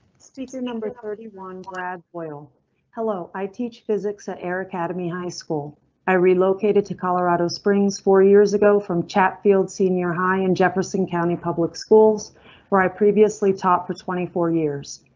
speaker thirty one brad boyle hello i teach physics at air academy high school i relocated to colorado springs for years ago from chatfield. senior high in jefferson county public schools where i previously taught for twenty four years.